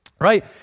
right